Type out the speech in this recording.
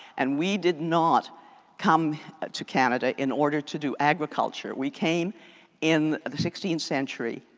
and we did not come to canada in order to do agriculture. we came in sixteenth century,